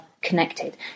connected